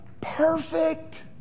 perfect